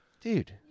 dude